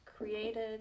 Created